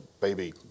baby